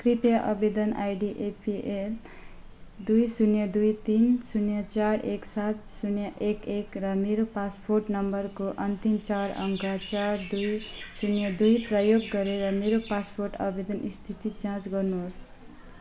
कृपया आवेदन ID APL दुई शून्य दुई तिन शून्य चार एक सात शून्य एक एक र मेरो पासपोर्ट नम्बरको अन्तिम चार अङ्क चार दुई शून्य दुई प्रयोग गरेर मेरो पासपोर्ट आवेदन स्थिति जाँच गर्नु होस्